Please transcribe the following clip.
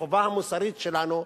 החובה המוסרית שלנו,